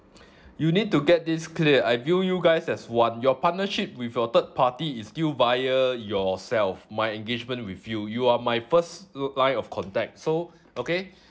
you need to get this clear I view you guys as one your partnership with your third party is still via yourself my engagement with you you are my first l~ line of contact so okay